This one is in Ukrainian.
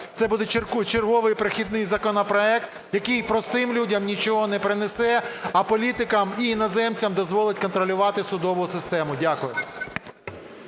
Це буде черговий перехідний законопроект, який простим людям нічого не принесе, а політикам і іноземцям дозволить контролювати судову систему. Дякую.